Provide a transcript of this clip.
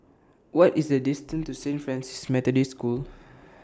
What IS The distance to Saint Francis Methodist School